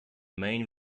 main